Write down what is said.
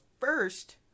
first